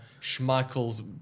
Schmeichel's